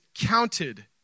counted